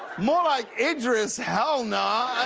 more like idris hell nah.